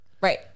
Right